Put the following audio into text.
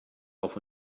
auf